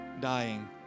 dying